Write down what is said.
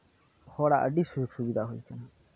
ᱦᱚᱲᱟᱜ ᱟᱹᱰᱤ ᱥᱩᱡᱳᱜᱽ ᱥᱩᱵᱤᱫᱷᱟ ᱦᱩᱭ ᱟᱠᱟᱱᱟ